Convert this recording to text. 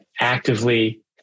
actively